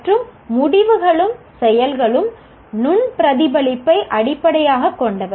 மற்றும் முடிவுகளும் செயல்களும் நுண் பிரதிபலிப்பை அடிப்படையாகக் கொண்டவை